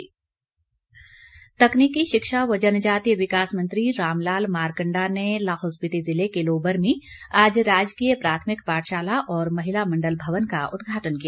मारकंडा तकनीकी शिक्षा व जनजातीय विकास मंत्री रामलाल मारकंडा ने लाहौल स्पिति जिले के लोबर में आज राजकीय प्राथमिक पाठशाला और महिला मंडल भवन का उद्घाटन किया